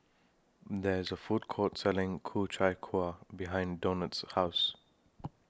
There IS A Food Court Selling Ku Chai Kueh behind Donat's House